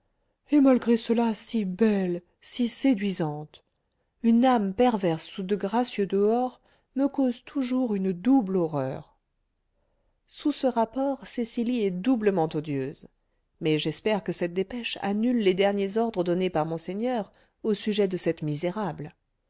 et malgré cela si belle si séduisante une âme perverse sous de gracieux dehors me cause toujours une double horreur sous ce rapport cecily est doublement odieuse mais j'espère que cette dépêche annule les derniers ordres donnés par monseigneur au sujet de cette misérable